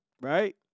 right